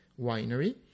winery